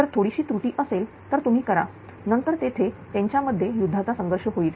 जर थोडीशी त्रुटी असेल तर तुम्ही करा नंतर तेथे त्यांच्यामध्ये युद्धाचा संघर्ष होईल